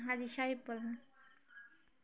হাজি শাহেব